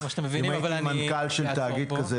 כמו שאתם מבינים --- אם הייתי מנכ"ל של תאגיד כזה,